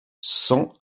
cent